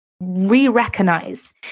re-recognize